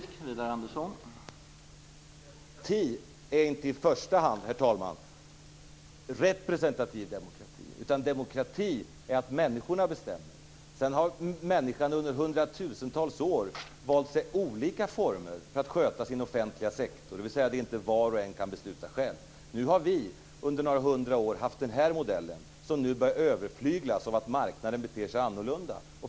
Herr talman! När det gäller demokrati är det inte i första hand fråga om representativ demokrati. I stället är det fråga om att människorna bestämmer. Under hundratusentals år har människan valt olika former för att sköta sin offentliga sektor, dvs. det som var och en inte själv kan besluta. Under några hundra år har vi haft en modell som nu börjar överflyglas av att marknaden beter sig annorlunda.